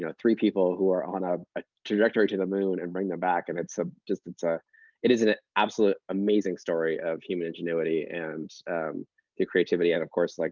you know three people who are on a ah trajectory to the moon and bring them back. and it's ah just ah it is an absolutely amazing story of human ingenuity and the creativity. and, of course, like